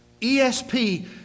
ESP